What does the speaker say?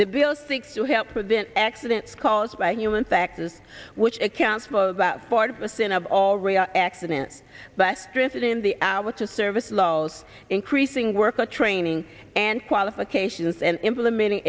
the bill seeks to help prevent accidents caused by human factors which accounts for about forty percent of all real accidents but stranded in the hour to service lulls increasing worker training and qualifications and implementing